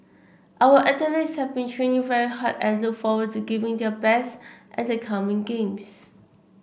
our athletes have been training very hard and look forward to giving their best at the coming games